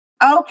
Okay